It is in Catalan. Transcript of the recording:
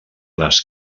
les